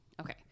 okay